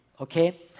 okay